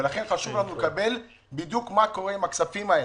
ולכן חשוב לנו לקבל מידע מה קורה בדיוק עם הכספים האלה.